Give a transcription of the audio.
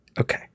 Okay